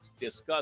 discuss